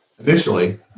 initially